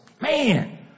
man